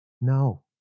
No